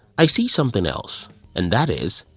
i see something else and that is,